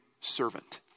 servant